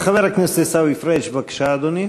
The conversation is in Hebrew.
חבר הכנסת עיסאווי פריג' בבקשה, אדוני.